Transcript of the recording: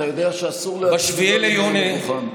אתה יודע שאסור להציג דברים בדוכן.